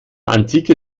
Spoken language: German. antike